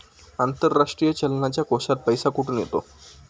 आंतरराष्ट्रीय चलनाच्या कोशात पैसा कुठून येतो?